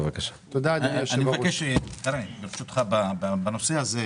מדובר בתקציב קואליציוני שהיה.